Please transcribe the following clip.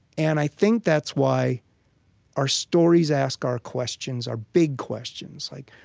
and i think that's why our stories ask our questions, our big questions, like,